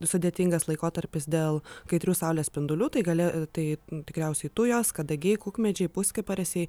sudėtingas laikotarpis dėl kaitrių saulės spindulių tai gali tai tikriausiai tujos kadagiai kukmedžiai puskeparisiai